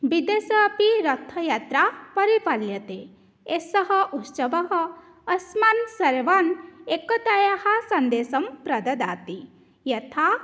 विदेशे अपि रथयात्रा परिपाल्यते एषः उत्सवः अस्मान् सर्वान् एकतायाः सन्देशं प्रददाति यथा